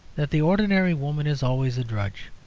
that the ordinary woman is always a drudge.